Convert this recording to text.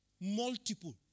multiple